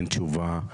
אין תשובה,